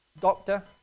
doctor